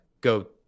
go